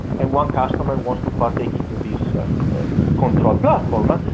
and one customer wants to partake into this control platform, ah